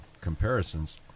comparisons